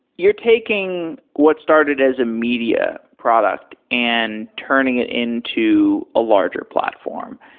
you're taking what started as a media product and turning it into a larger platform.